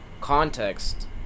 context